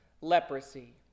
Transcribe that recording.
leprosy